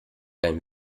dein